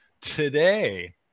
today